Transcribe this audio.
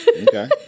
Okay